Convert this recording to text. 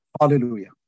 Hallelujah